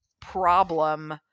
problem